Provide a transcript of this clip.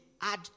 add